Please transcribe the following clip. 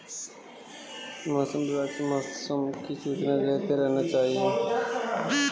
मौसम विभाग से मौसम की सूचना लेते रहना चाहिये?